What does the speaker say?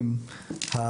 רק,